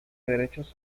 derechos